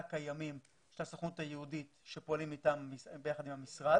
קיימים של הסוכנות היהודית שפועלים יחד עם המשרד.